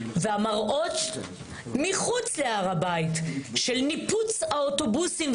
המראות מחוץ להר הבית של ניפוץ האוטובוסים,